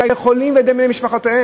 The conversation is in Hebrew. על-ידי חולים ועל-ידי בני משפחותיהם.